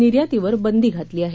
निर्यातीवर बंदी घातली आहे